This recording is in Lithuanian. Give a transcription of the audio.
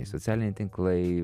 socialiniai tinklai